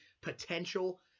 potential